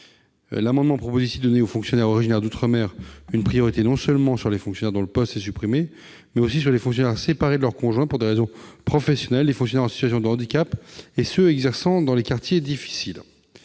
amendement tend à donner aux fonctionnaires originaires d'outre-mer une priorité non seulement sur les fonctionnaires dont le poste est supprimé, mais aussi sur les fonctionnaires qui sont séparés de leur conjoint pour des raisons professionnelles, sur les fonctionnaires en situation de handicap et sur ceux qui exercent dans des quartiers difficiles.